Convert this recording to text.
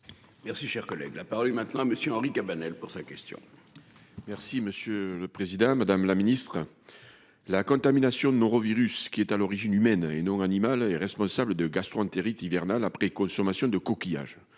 Merci, cher collègue, la parole maintenant Monsieur Henri Cabanel pour sa question. Merci, monsieur le Président Madame la Ministre. La contamination de norovirus qui est à l'origine humaine et non animale est responsable de gastro-entérite hivernale après consommation de coquillages